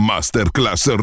Masterclass